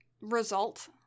result